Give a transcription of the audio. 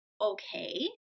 okay